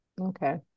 okay